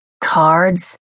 Cards